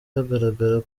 hagaragara